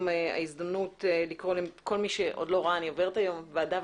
ההזדמנות לקרוא לכל מי שלא ראה אני עוברת היום ועדה,